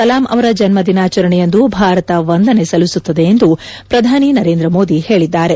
Kalam hour ಜನ್ನ ದಿನಾಚರಣೆಯಂದು ಭಾರತ ವಂದನೆ ಸಲ್ಲಿಸುತ್ತದೆ ಎಂದು ಪ್ರಧಾನಿ ನರೇಂದ್ರಮೋದಿ ಹೇಳಿದ್ದಾರೆ